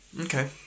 Okay